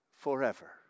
forever